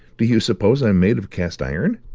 do you suppose i'm made of cast iron?